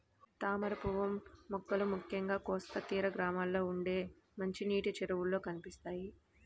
తామరపువ్వు మొక్కలు ముఖ్యంగా కోస్తా తీర గ్రామాల్లో ఉండే మంచినీటి చెరువుల్లో కనిపిస్తాయి